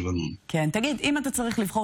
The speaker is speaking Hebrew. תודה למזכיר